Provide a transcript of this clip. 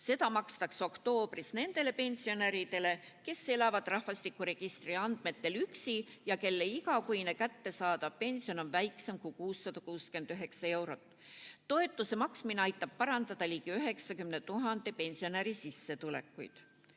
Seda makstakse oktoobris nendele pensionäridele, kes elavad rahvastikuregistri andmetel üksi ja kelle igakuine kättesaadav pension on väiksem kui 669 eurot. Toetuse maksmine aitab parandada ligi 90 000 pensionäri sissetulekut.